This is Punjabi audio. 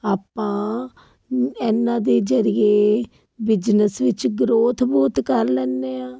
ਆਪਾਂ ਇਹਨਾਂ ਦੇ ਜਰੀਏ ਬਿਜ਼ਨਸ ਵਿੱਚ ਗਰੋਥ ਬਹੁਤ ਕਰ ਲੈਂਦੇ ਹਾਂ